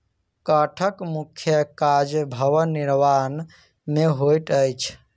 काठक मुख्य काज भवन निर्माण मे होइत अछि